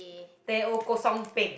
teh O kosong peng